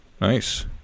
Nice